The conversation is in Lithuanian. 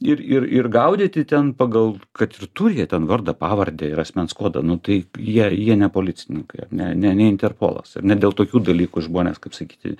ir ir gaudyti ten pagal kad ir turi ten vardą pavardę ir asmens kodą nu tai jie jie ne policininkai ne ne ne interpolas ar ne dėl tokių dalykų žmonės kaip sakyti